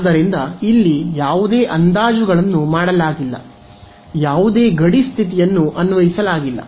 ಆದ್ದರಿಂದ ಇಲ್ಲಿ ಯಾವುದೇ ಅಂದಾಜುಗಳನ್ನು ಮಾಡಲಾಗಿಲ್ಲ ಯಾವುದೇ ಗಡಿ ಸ್ಥಿತಿಯನ್ನು ಅನ್ವಯಿಸಲಾಗಿಲ್ಲ